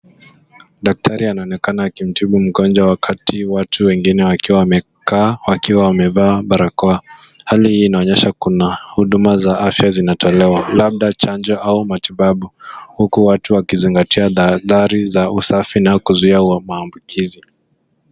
Daktari anaonekana akimtibu mgonjwa, wakati watu wengine wakiwa wamekaa wakiwa wamevaa barakoa. Hali hii inaonyesha kuna huduma za afya zinatolewa, labda chanjo au matibabu huku watu wakizingatia tahadhari za usafi na kuzuia maambukizi.